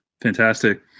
Fantastic